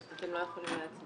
מי נגד?